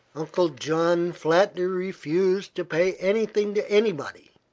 uncle john flatly refused to pay anything to anybody.